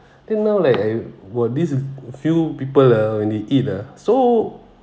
then now like I were these few people uh when they eat ah so